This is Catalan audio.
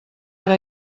ara